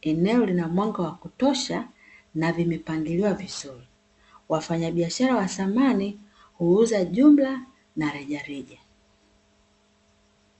Eneo lina mwanga wa kutosha na vimepangiliwa vizuri. Wafanyabiashara wa samani huuza jumla na rejareja.